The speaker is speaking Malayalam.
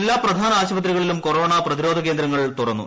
എല്ലാ പ്രധാന ആശുപത്രികളിലും കൊറോണ പ്രതിരോധ കേന്ദ്രങ്ങൾ തുറന്നു